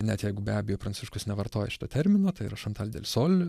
net jeigu be abejo pranciškus nevartoja šito termino tai yra šantal delsol